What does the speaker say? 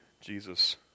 Jesus